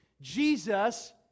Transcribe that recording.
Jesus